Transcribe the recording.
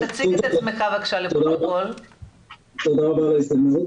תודה רבה על ההזדמנות.